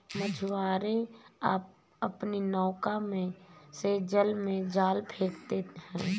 मछुआरे अपनी नौका से जल में जाल फेंकते हैं